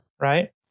Right